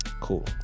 Cool